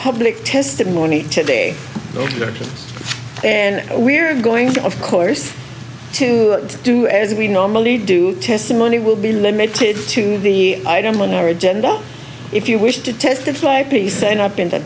public testimony today and we're going to of course to do as we normally do testimony will be limited to the items when their agenda if you wish to testify piece and up into a